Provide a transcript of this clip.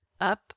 up